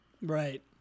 Right